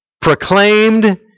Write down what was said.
proclaimed